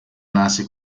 nasce